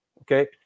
Okay